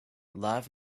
love